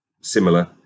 similar